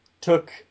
took